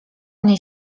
mnie